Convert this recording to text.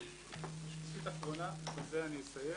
שקופית אחרונה ובזה אני אסיים.